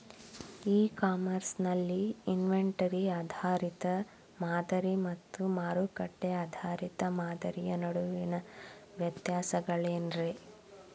E commerce ನಲ್ಲಿ inventory ಆಧಾರಿತ ಮಾದರಿ ಮತ್ತ ಮಾರುಕಟ್ಟೆ ಆಧಾರಿತ ಮಾದರಿಯ ನಡುವಿನ ವ್ಯತ್ಯಾಸಗಳೇನ ರೇ?